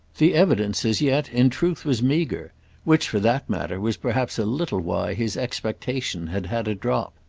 the evidence as yet in truth was meagre which, for that matter, was perhaps a little why his expectation had had a drop.